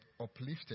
uplifted